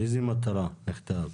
לאיזו מטרה נכתב?